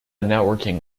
networking